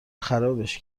خرابش